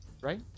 Right